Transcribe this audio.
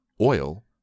oil